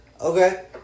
Okay